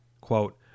quote